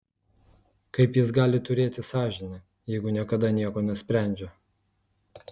kaip jis gali turėti sąžinę jeigu niekada nieko nesprendžia